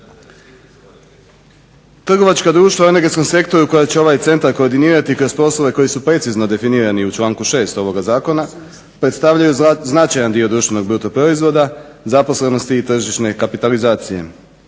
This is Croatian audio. Trgovačka društva u energetskom sektoru koja će ovaj centar koordinirati kroz poslove koji su precizno definirani u članku 6.ovoga zakona predstavljaju značajan dio bruto proizvoda zaposlenosti i tržišne kapitalizacije.